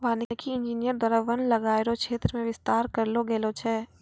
वानिकी इंजीनियर द्वारा वन लगाय रो क्षेत्र मे बिस्तार करलो गेलो छै